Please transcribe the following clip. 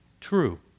true